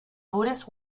buddhist